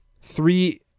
three